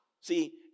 See